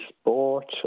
sport